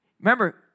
Remember